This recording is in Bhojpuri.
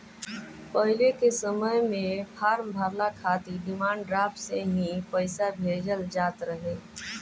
पहिले के समय में फार्म भरला खातिर डिमांड ड्राफ्ट से ही पईसा भेजल जात रहे